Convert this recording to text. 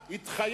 ממשלה.